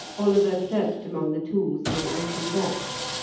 oliver searched among the tools in the open box,